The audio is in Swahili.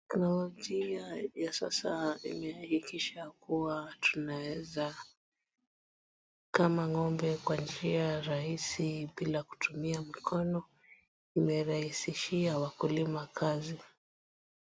Kuna njia ya sasa imehakikisha kuwa tunaweza kukamua ng'ombe kwa njia rahisi bila kutumia mkono. Imerahisishia wakulima kazi.